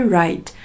right